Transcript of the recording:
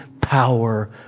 power